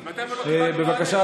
בבקשה,